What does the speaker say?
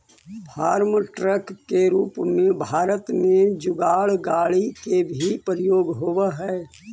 farm truck के रूप में भारत में जुगाड़ गाड़ि के भी प्रयोग होवऽ हई